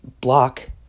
block